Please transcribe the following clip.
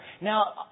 Now